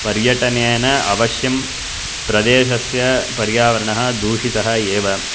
पर्यटनेन अवश्यं प्रदेशस्य पर्यावरणः दूषितः एव